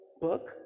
book